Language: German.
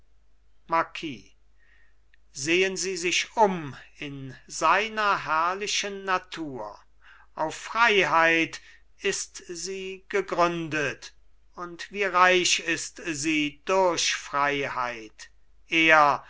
marquis sehen sie sich um in seiner herrlichen natur auf freiheit ist sie gegründet und wie reich ist sie durch freiheit er